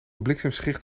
bliksemschicht